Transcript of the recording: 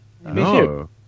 No